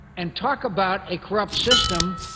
and talk about a corrupt system.